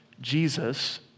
Jesus